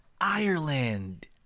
Ireland